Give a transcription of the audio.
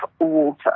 water